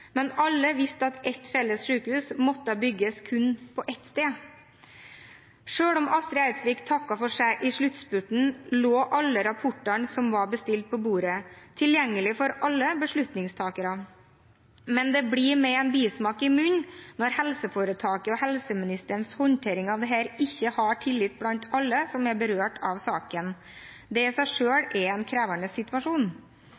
Men alle visste at et felles sykehus måtte bygges kun på ett sted. Selv om Astrid Eidsvik takket for seg i sluttspurten, lå alle rapportene som var bestilt, på bordet – tilgjengelig for alle beslutningstakerne. Men det blir en bismak i munnen når helseforetakets og helseministerens håndtering av dette ikke har tillit blant alle som er berørt av saken. Det i seg selv er en krevende situasjon.